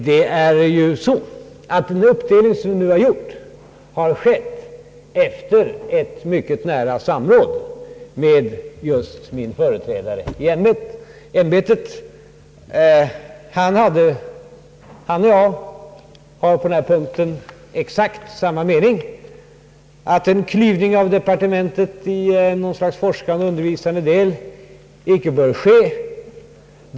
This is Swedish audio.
Det förhåller sig så att den uppdelning som gjorts skett efter mycket nära samråd med just min företrädare i ämbetet. Han och jag har på denna punkt exakt samma mening, nämligen att en klyvning av departementet i en forskande och en undervisande del inte bör ske.